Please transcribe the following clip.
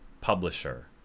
publisher